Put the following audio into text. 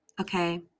Okay